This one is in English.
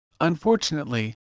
Unfortunately